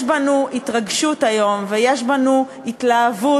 יש בנו התרגשות היום ויש בנו התלהבות